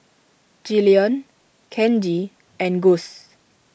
Jillian Kenji and Guss